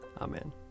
Amen